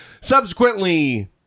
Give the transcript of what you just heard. subsequently